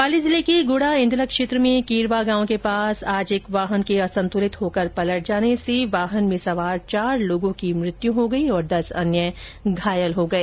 पाली जिले के गुढ़ा एंदला क्षेत्र में कीरवा गांव के पास आज एक वाहन के असंतुलित होकर पलट जाने से वाहन में सवार चार लोगों की मृत्यु हो गई और दस अन्य घायल हो गए